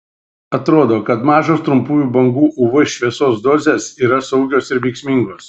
atrodo kad mažos trumpųjų bangų uv šviesos dozės yra saugios ir veiksmingos